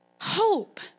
Hope